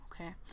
Okay